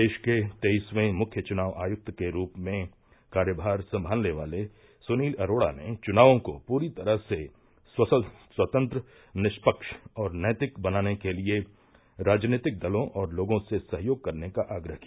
देश के तेईसवे मुख्य चुनाव आयुक्त के रूप में कार्यभार संमालने वाले सुनील अरोड़ा ने चुनावों को पूरी तरह से स्वतंत्र निष्पक्ष और नैतिक बनाने के लिए राजनीतिक दलों और लोगों से सहयोग करने का आग्रह किया